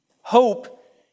Hope